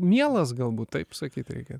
mielas galbūt taip sakyt reikia